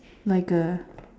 like a